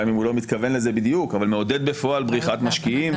גם אם הוא לא מתכוון לזה בדיוק מעודד בפועל בריחת משקיעים.